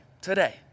today